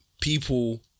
people